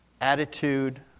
attitude